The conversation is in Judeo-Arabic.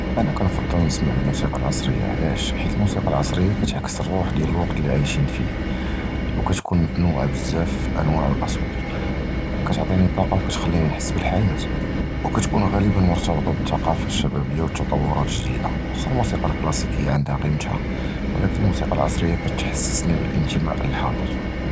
אָנָא קִנְפַצֵל נִסְמַע הַמוּסִיקָא הַעַסְרִיָּה, עַלַאש? חִית הַמוּסִיקָא הַעַסְרִיָּה קִתְעַכְּס הַרּוּח דִיַּל הַווַקְת לִי קִנְעַיְש פִיה, וְקִתְקוּן מֻתַעַדִד בְּזַאפ פִי הַאַנְווַاع וְהָאֻצְוּאת, וְקִתְעַטִי לִיָּא הַטַּאקַּה וְקִתְכַלִּינִי נִחְס בַּחַיַאת, וְקִתְקוּן גַּלְבַּן מֻרְתַבְּטָה בַּתַּקַּפּוּת הַשַּׁבַּאבִיָּה וְהַתַּקַדֻּמּוֹת הַגְּדִידִין, וְלָקִין הַמוּסִיקָא הַקְּלָאסִיקִית עַנְדְהוּ קִימְתוּ, וְלָקִין הַמוּסִיקָא הַעַסְרִיָּה קִתְחַסְּסְנִי בַּאִלְאִנְתִמָאא' לַחַאלִי.